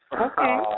Okay